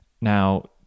now